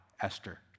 Esther